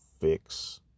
fix